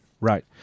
right